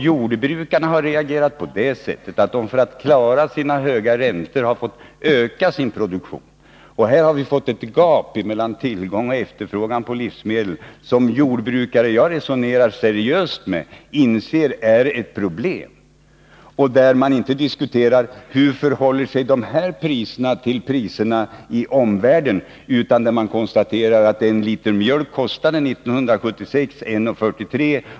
Jordbrukarna har reagerat på det sättet att de för att klara sina höga räntor har ökat sin produktion. Här har vi fått ett gap mellan tillgång och efterfrågan på livsmedel, och de jordbrukare som resonerar seriöst med mig om detta inser att det är ett problem. Vad man då diskuterar är inte hur våra priser förhåller sig till priserna i omvärlden. I stället konstaterar man att 1 liter mjölk år 1976 kostade 1:43 kr.